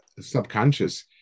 Subconscious